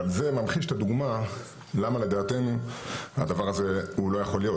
זה ממחיש את הדוגמה למה לדעתנו הדבר הזה הוא לא יכול להיות.